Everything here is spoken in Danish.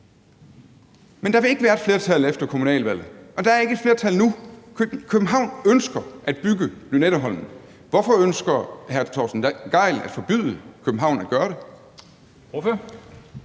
Men der vil ikke være et flertal efter kommunalvalget, og der er ikke et flertal nu. København ønsker at bygge Lynetteholmen. Hvorfor ønsker hr. Torsten Gejl at forbyde København at gøre det?